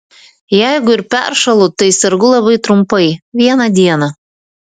jeigu ir peršąlu tai sergu labai trumpai vieną dieną